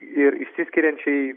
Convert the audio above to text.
ir išsiskiriančiai